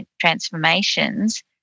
transformations